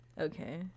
okay